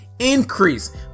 increase